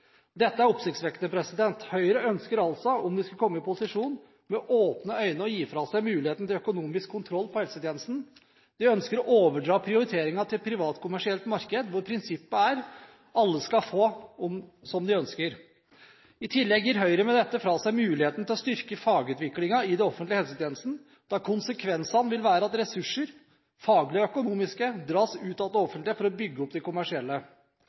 Dette er oppsiktsvekkende. Høyre ønsker altså, om de skulle komme i posisjon, med åpne øyne å gi fra seg muligheten til økonomisk kontroll over helsetjenestene. De ønsker å overdra prioriteringen til et privatkommersielt marked, der prinsippet er: Alle skal få som de ønsker. I tillegg gir Høyre med dette fra seg muligheten til å styrke fagutviklingen i den offentlige helsetjenesten. Konsekvensen vil være at ressurser – faglige og økonomiske – dras ut av det offentlige for å bygge opp de kommersielle.